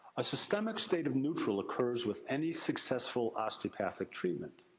a systemic state of neutral occurs with any successful osteopathic treatment.